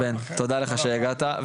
בן, תודה לך שהגעת.